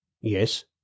Yes